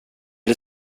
det